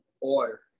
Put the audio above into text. order